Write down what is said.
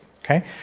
Okay